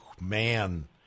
Man